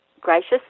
gracious